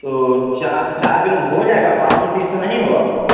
तो चार किलो में हो जाएगा पाँच सौ पीस तो नहीं होगा उसमें